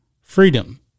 Freedom